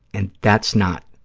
and that's not,